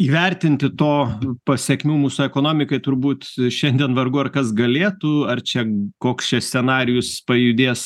įvertinti to pasekmių mūsų ekonomikai turbūt šiandien vargu ar kas galėtų ar čia koks čia scenarijus pajudės